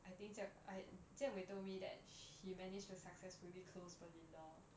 I think jia~ I jian wei told me that he managed to successfully close belinda